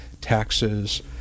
taxes